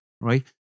right